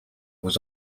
was